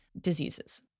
diseases